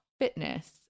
fitness